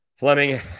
Fleming